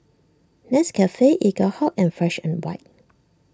Nescafe Eaglehawk and Fresh and White